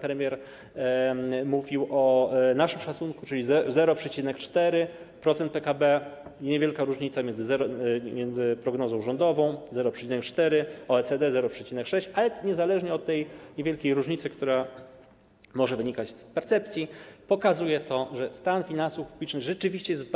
Premier mówił o naszym szacunku, czyli 0,4% PKB, niewielka różnica między prognozą rządową 0,4 a OECD - 0,6, ale niezależnie od tej niewielkiej różnicy, która może wynikać z percepcji, pokazuje to, że stan finansów publicznych rzeczywiście jest